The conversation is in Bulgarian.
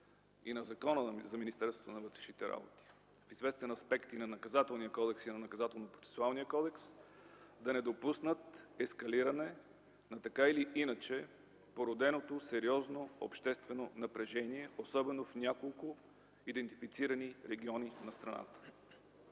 и на Закона за Министерството на вътрешните работи, в известен аспект на Наказателния кодекс и на Наказателно-процесуалния кодекс, да не допуснат ескалиране на породеното сериозно обществено напрежение, особено в няколко идентифицирани региони на страната.